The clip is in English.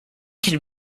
can